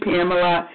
Pamela